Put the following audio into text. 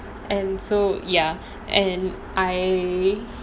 and so ya and I